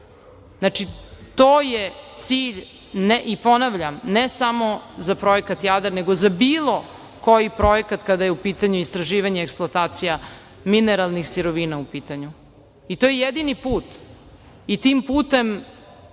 Znači, to je cilj, i ponavljam, ne samo za Projekat „Jadar“, nego za bilo koji projekat, kada je u pitanju istraživanje i eksploatacija mineralnih sirovina. To je jedini put i tim putem,